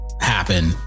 happen